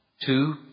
Two